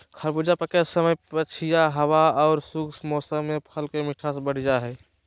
खरबूजा पके समय पछिया हवा आर शुष्क मौसम में फल के मिठास बढ़ जा हई